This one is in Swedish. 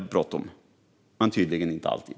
Men tydligen inte alltid.